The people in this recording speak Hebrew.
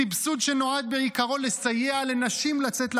סבסוד שנועד בעיקרון לסייע לנשים לצאת לעבודה,